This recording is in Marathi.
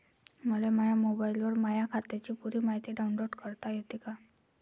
मले माह्या मोबाईलवर माह्या खात्याची पुरी मायती डाऊनलोड करता येते का?